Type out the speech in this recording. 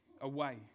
away